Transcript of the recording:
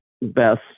best